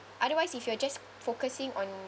otherwise if you are just focusing on